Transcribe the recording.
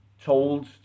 told